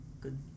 good